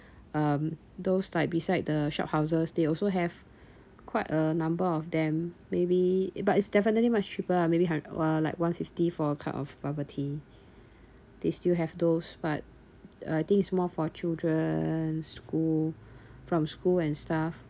um those like beside the shophouses they also have quite a number of them maybe it but it's definitely much cheaper ah maybe hund~ uh like one fifty for a cup of bubble tea they still have those but I think it's more for children school from school and stuff